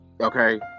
okay